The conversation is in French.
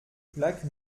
plaque